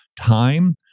time